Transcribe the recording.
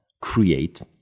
create